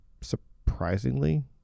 surprisingly